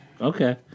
Okay